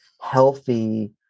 healthy